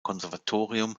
konservatorium